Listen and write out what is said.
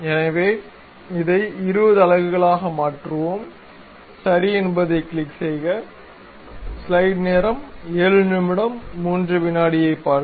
எனவே இதை 20 அலகுகளாக மாற்றுவோம் சரி என்பதைக் கிளிக் செய்க